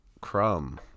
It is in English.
crumb